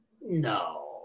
No